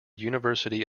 university